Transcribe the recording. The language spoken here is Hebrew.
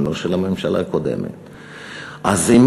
גם לא של הממשלה הקודמת.